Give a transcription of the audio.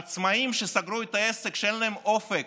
עצמאים שסגרו את העסק, שאין להם אופק,